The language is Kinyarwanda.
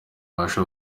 bafashe